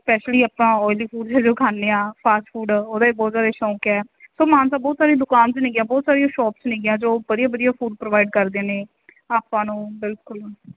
specially ਆਪਾਂ oily food ਜਦੋਂ ਖਾਂਦੇ ਹਾਂ ਫਾਸਟ ਫੂਡ ਉਹਦਾ ਵੀ ਬਹੁਤ ਜ਼ਿਆਦਾ ਸ਼ੌਂਕ ਹੈ ਸਰ ਮਾਨਸਾ ਬਹੁਤ ਸਾਰੇ ਦੁਕਾਨ ਨੇਗੀਆਂ ਬਹੁਤ ਸਾਰੀਆਂ ਸ਼ੋਪਸ ਨੇਗੀਆਂ ਜੋ ਵਧੀਆ ਵਧੀਆ ਫੂਡ ਪ੍ਰੋਵਾਈਡ ਕਰਦੇ ਨੇ ਆਪਾਂ ਨੂੰ ਬਿਲਕੁਲ